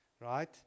right